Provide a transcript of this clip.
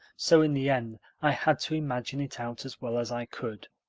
so in the end i had to imagine it out as well as i could.